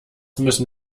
müssen